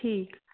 ٹھیٖک